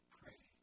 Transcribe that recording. pray